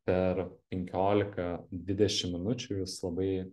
per penkiolika dvidešim minučių jūs labai